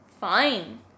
Fine